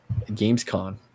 gamescon